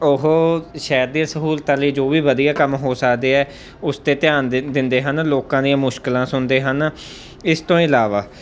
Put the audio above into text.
ਉਹ ਸ਼ਹਿਰ ਦੀਆਂ ਸਹੂਲਤਾਂ ਲਈ ਜੋ ਵੀ ਵਧੀਆ ਕੰਮ ਹੋ ਸਕਦੇ ਹੈ ਉਸ 'ਤੇ ਧਿਆਨ ਦਿ ਦਿੰਦੇ ਹਨ ਲੋਕਾਂ ਦੀਆਂ ਮੁਸ਼ਕਿਲਾਂ ਸੁਣਦੇ ਹਨ ਇਸ ਤੋਂ ਇਲਾਵਾ